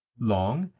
long,